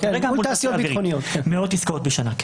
אבל כרגע מול תעשייה אווירית, מאות עסקאות בשנה.